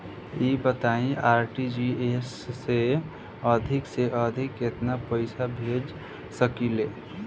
ई बताईं आर.टी.जी.एस से अधिक से अधिक केतना पइसा भेज सकिले?